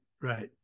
Right